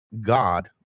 God